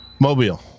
Mobile